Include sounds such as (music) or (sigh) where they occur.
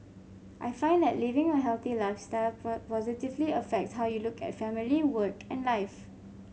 I find that living a healthy lifestyle (unintelligible) positively affects how you look at family work and life